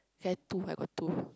have two I got two